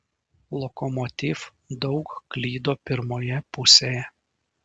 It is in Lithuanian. lokomotiv daug klydo pirmoje pusėje